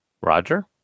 Roger